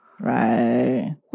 Right